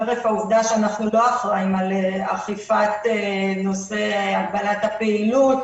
חרף העובדה שאנחנו לא אחראים על אכיפת נושא הגבלת הפעילות